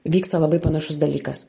vyksta labai panašus dalykas